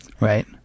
Right